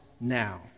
now